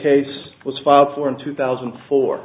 case was filed for in two thousand and four